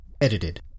edited